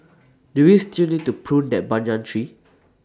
do we still need to prune that banyan tree